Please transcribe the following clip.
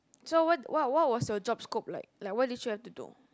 so what what what was your job scope like like what did you have to do